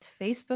Facebook